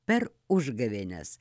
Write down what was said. per užgavėnes